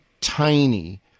tiny